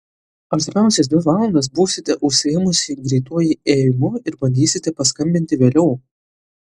artimiausias dvi valandas būsite užsiėmusi greituoju ėjimu ir bandysite paskambinti vėliau